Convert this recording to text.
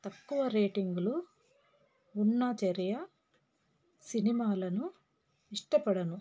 తక్కువ రేటింగ్లు ఉన్న చర్య సినిమాలను ఇష్టపడను